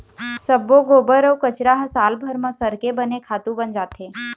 सब्बो गोबर अउ कचरा ह सालभर म सरके बने खातू बन जाथे